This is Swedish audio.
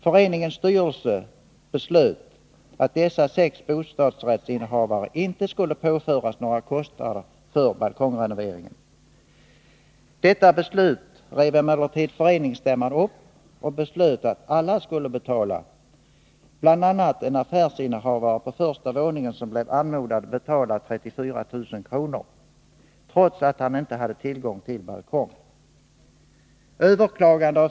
Föreningens styrelse beslöt att dessa sex bostadsrättsinnehavare inte skulle påföras några kostnader för balkongrenoveringen. Detta beslut rev emellertid föreningsstämman upp och beslöt att alla skulle betala, bl.a. en affärsinnehavare på första våningen som blev anmodad att betala 34 000 kr. trots att han inte hade tillgång till balkong.